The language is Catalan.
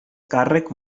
càrrec